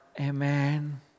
Amen